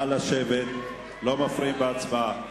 התשס"ט 2009,